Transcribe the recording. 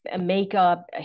makeup